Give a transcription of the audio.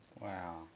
wow